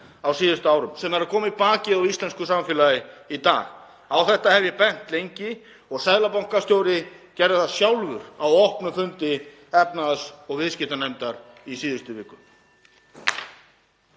á síðustu árum sem er að koma í bakið á íslensku samfélagi í dag. Á þetta hef ég bent lengi og seðlabankastjóri gerði það sjálfur á opnum fundi efnahags- og viðskiptanefndar í síðustu viku.